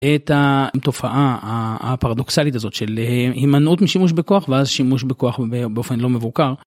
את ה... תופעה ה, הפרדוקסלית הזאת של אה... הימנעות משימוש בכוח ואז שימוש בכוח ב.. באופן לא מבוקר